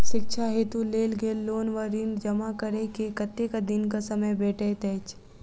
शिक्षा हेतु लेल गेल लोन वा ऋण जमा करै केँ कतेक दिनक समय भेटैत अछि?